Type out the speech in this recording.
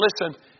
listen